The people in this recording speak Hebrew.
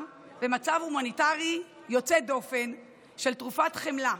במצב הומניטרי יוצא דופן של תרופת חמלה,